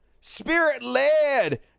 spirit-led